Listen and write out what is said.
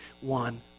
one